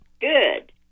Good